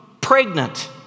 Pregnant